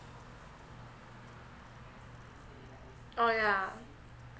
oh yeah